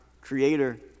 creator